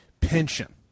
pension